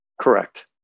Correct